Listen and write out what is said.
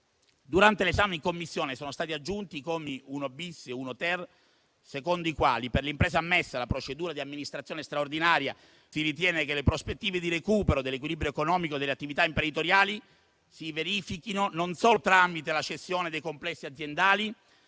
Durante l'esame in Commissione sono stati aggiunti i commi 1-*bis* e 1-*ter*, secondo i quali, per le imprese ammesse alla procedura di amministrazione straordinaria, si ritiene che le prospettive di recupero dell'equilibrio economico delle attività imprenditoriali si verifichino non solo tramite la cessione dei complessi aziendali,